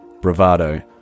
Bravado